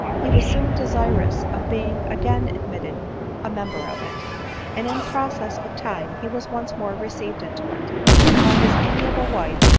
he was soon desirous of being again admitted a member of it and in process of time he was once more received into it while his amiable wife,